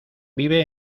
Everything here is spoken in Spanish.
vive